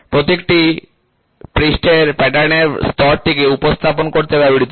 প্রতীকটি পৃষ্ঠের প্যাটার্নের স্তরটিকে উপস্থাপন করতে ব্যবহৃত হয়